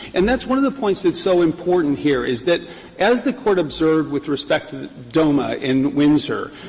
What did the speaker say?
and that's one of the points that's so important here, is that as the court observed with respect to doma in windsor,